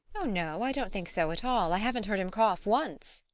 oh, no i don't think so at all. i haven't heard him cough once.